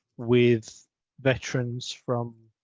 with veterans from